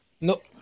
Nope